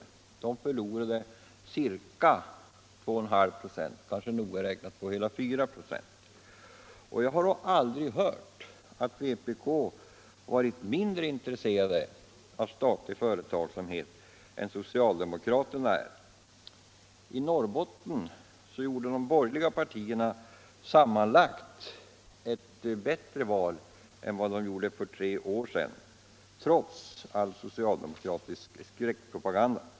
Det partiet förlorade ca 2,5 5, kanske hela 2,4 25. Jag har aldrig hört att man i vpk varit mindre intresserad av statlig företagsamhet än socialdemokraterna. I Norrbotten gjorde de borgerliga partierna sammanlagt ett bättre val i år än för tre år sedan, trots all socialdemokratisk skräckpropaganda.